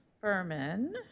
Furman